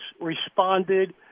responded